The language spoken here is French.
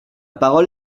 parole